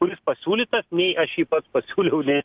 kuris pasiūlytas nei aš jį pats pasiūliau nei